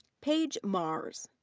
paige marrs.